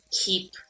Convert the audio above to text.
keep